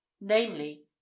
namely